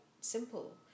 simple